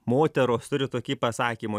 moteros turi tokį pasakymų